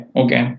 okay